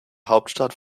hauptstadt